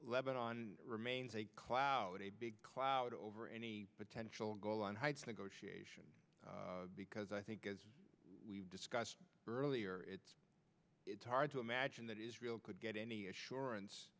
lebannon remains a cloud a big cloud over any potential golan heights negotiation because i think as we discussed earlier it's hard to imagine that israel could get any assurance